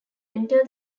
enter